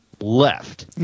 left